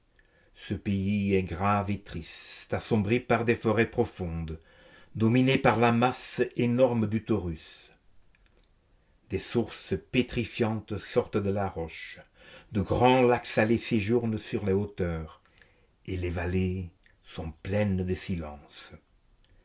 ce pays est grave et triste assombri par des forêts profondes dominé par la masse énorme du taurus des sources pétrifiantes sortent de la roche de grands lacs salés séjournent sur les hauteurs et les vallées sont pleines de silence